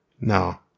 No